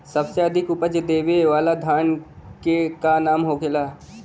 सबसे अधिक उपज देवे वाला धान के का नाम होखे ला?